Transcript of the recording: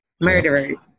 murderers